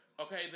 Okay